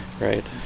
right